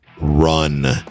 run